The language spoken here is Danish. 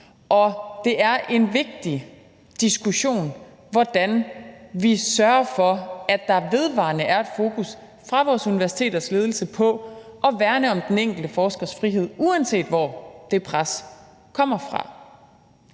Det er en vigtig diskussion, hvordan vi sørger for, at der vedvarende er et fokus fra vores universiteters ledelse på at værne om den enkelte forskers frihed, uanset hvor det pres kommer fra.